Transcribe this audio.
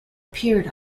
appeared